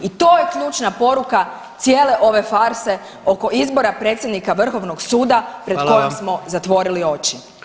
I to je ključna poruka cijele ove farse oko izbora predsjednika vrhovnog suda pred kojom smo zatvorili oči.